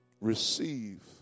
receive